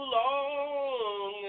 long